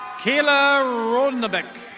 kayla rondebeck.